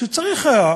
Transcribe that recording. שצריך היה,